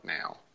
now